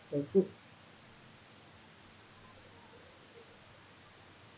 for food